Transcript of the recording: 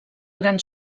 gran